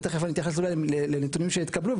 ותכף אני אתייחס לנתונים שהתקבלו,